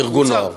ארגון.